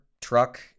truck